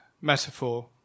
Metaphor